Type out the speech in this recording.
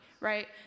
right